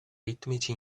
ritmici